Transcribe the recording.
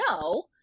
no